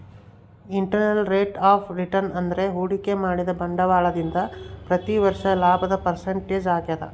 internal rate of return ಅಂದ್ರೆ ಹೂಡಿಕೆ ಮಾಡಿದ ಬಂಡವಾಳದಿಂದ ಪ್ರತಿ ವರ್ಷ ಲಾಭದ ಪರ್ಸೆಂಟೇಜ್ ಆಗದ